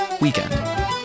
weekend